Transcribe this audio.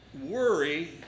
worry